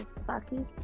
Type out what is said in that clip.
Saki